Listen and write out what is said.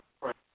right